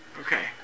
Okay